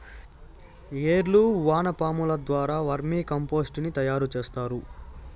ఏర్లు వానపాముల ద్వారా వర్మి కంపోస్టుని తయారు చేస్తారు